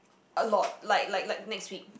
a lot like like like next week